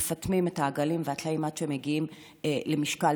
מפטמים את העגלים והטלאים עד שהם מגיעים למשקל